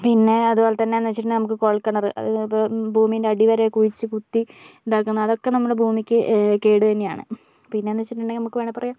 പിന്നെ അതുപോലെത്തന്നെ എന്ന് വെച്ചിട്ടുണ്ടെങ്കിൽ നമുക്ക് കുഴൽക്കിണർ അത് ഇപ്പോൾ ഭൂമീൻറെ അടിവരെ കുഴിച്ച് കുത്തി ഉണ്ടാക്കുന്ന അതൊക്കെ നമ്മുടെ ഭൂമിക്ക് കേട് തന്നെയാണ് പിന്നെന്താ വെച്ചിട്ടുണ്ടെങ്കിൽ നമുക്ക് വേണമെങ്കിൽ പറയാം